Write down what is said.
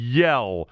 yell